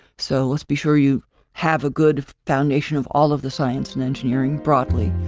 so, let's be sure you have a good foundation of all of the science and engineering broadly,